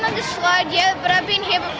ah the slide yet but i've been here